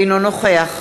אינו נוכח